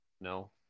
No